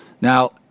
Now